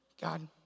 God